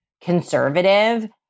conservative